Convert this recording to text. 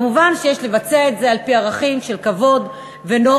מובן שיש לבצע את זה על-פי ערכים של כבוד ונורמות,